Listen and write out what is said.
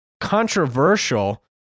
controversial